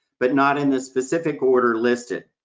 but not in the specific order listed.